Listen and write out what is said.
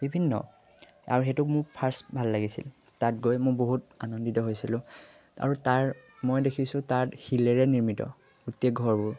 বিভিন্ন আৰু সেইটোক মোৰ ফাৰ্ষ্ট ভাল লাগিছিল তাত গৈ মই বহুত আনন্দিত হৈছিলোঁ আৰু তাৰ মই দেখিছোঁ তাত শিলেৰে নিৰ্মিত গোটেই ঘৰবোৰ